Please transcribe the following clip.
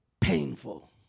painful